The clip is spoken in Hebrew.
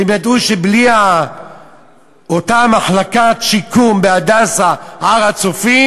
והם ידעו שבלי אותה מחלקת שיקום ב"הדסה הר-הצופים"